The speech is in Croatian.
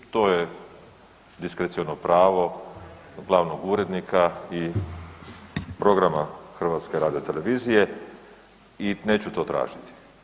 To je diskreciono pravo glavnog urednika i programa HRT-a i neću to tražiti.